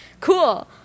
cool